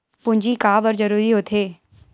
पूंजी का बार जरूरी हो थे?